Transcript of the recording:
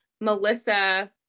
Melissa